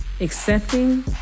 accepting